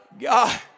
God